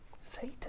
Satan